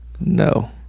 no